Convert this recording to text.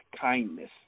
kindness